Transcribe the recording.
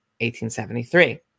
1873